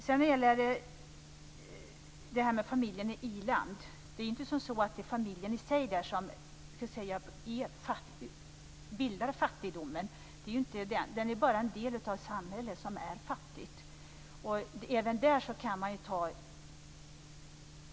Gudrun Lindvall tar upp familjen i i-land, men det är inte familjen i sig som bildar fattigdomen. Den är bara en del av ett samhälle som är fattigt.